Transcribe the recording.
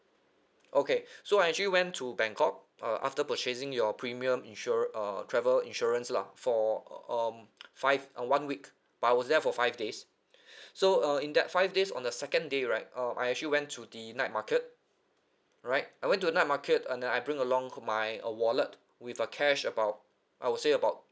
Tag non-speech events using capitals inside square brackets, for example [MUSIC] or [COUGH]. okay [BREATH] so I actually went to bangkok uh after purchasing your premium insure~ uh travel insurance lah for uh um [NOISE] five uh one week but I was there for five days [BREATH] so uh in that five days on the second day right uh I actually went to the night market right I went to the night market and then I bring along my uh wallet with a cash about I will say about